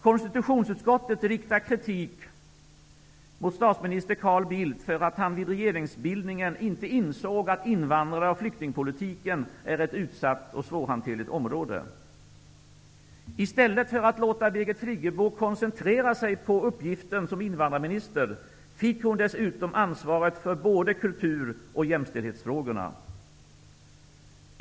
Konstitutionsutskottet riktar kritik mot statsminister Carl Bildt för att han vid regeringsbildningen inte insåg att invandrar och flyktingpolitiken är ett utsatt och svårhanterligt område. I stället för att låta Birgit Friggebo koncentrera sig på uppgiften som invandrarminister fick hon dessutom ansvaret för både kultur och jämställdhetsfrågorna.